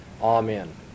Amen